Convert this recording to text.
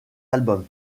albums